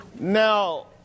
Now